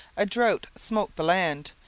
a drought smote the land,